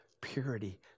purity